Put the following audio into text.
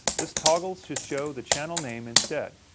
this toggles to show the channel name instead.